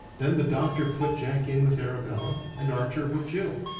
then the doctor put jack in with arabella, and archer with jill.